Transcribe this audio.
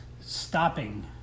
stopping